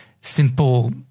simple